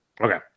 Okay